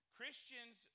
Christians